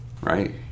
Right